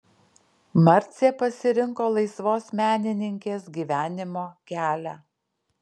marcė pasirinko laisvos menininkės gyvenimo kelią